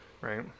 right